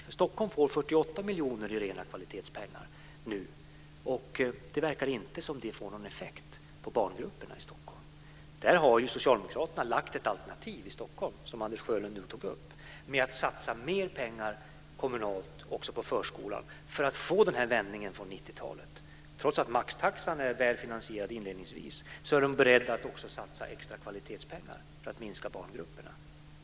I Stockholm får man 48 miljoner i kvalitetspengar, men det verkar inte som att det får någon effekt på barngrupperna där. Men socialdemokraterna i Stockholm har lagt fram ett alternativ, som också Anders Sjölund tog upp, som innebär att man kommunalt ska satsa mer pengar på förskolan för att få en vändning på 90 talets utveckling. Trots att maxtaxan inledningsvis är väl finansierad är de beredda att satsa extra kvalitetspengar för att minska barngrupperna.